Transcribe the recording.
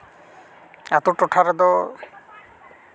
ᱟᱛᱳ ᱴᱚᱴᱷᱟ ᱨᱮᱫᱚ